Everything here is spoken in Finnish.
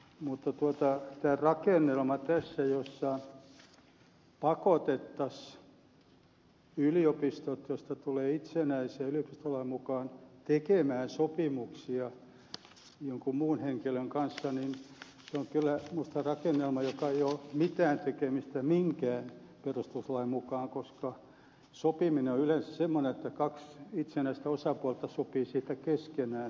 mutta tämä rakennelma tässä jossa pakotettaisiin yliopistot joista tulee itsenäisiä yliopistolain mukaan tekemään sopimuksia jonkun muun henkilön kanssa on kyllä minusta rakennelma jolla ei ole mitään tekemistä minkään perustuslain kanssa koska sopiminen on yleensä semmoinen että kaksi itsenäistä osapuolta sopii siitä keskenään